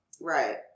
Right